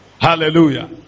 Hallelujah